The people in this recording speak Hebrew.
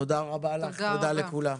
תודה רבה, גבירתי, תודה לכולם.